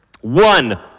One